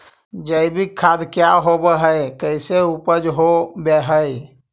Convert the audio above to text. जैविक खाद क्या होब हाय कैसे उपज हो ब्हाय?